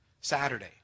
Saturday